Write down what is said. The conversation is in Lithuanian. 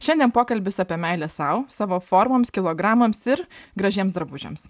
šiandien pokalbis apie meilę sau savo formoms kilogramams ir gražiems drabužiams